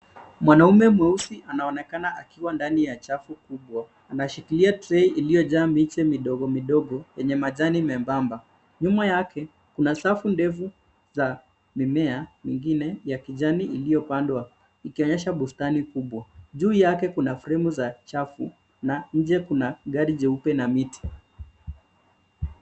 Mwanaume mweusi anaonekana akiwa ndani ya chafu kubwa, anashikilia trei iliyo jaa miche midogo midogo yenye majani mebamba. Nyuma yake kuna safu ndefu za mimea mingine ya kijani iliyo pandwa ikionyesha bustani kubwa. Juu yake kuna fremu za chafu na nje kuna gari jeupe na miti.